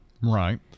right